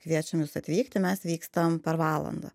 kviečiam jus atvykti mes vykstam per valandą